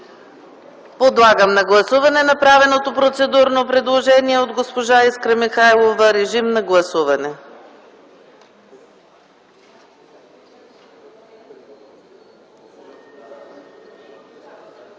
Подлагам на гласуване направеното процедурно предложение от госпожа Искра Михайлова. Гласували